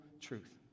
truth